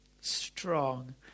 strong